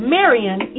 Marion